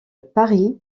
parie